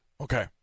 Okay